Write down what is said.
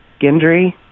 gendry